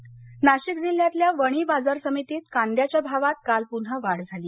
कांदा भाव नाशिक नाशिक जिल्ह्यातल्या वणी बाजार समितीत कांद्याच्या भावात काल पून्हा वाढ झाली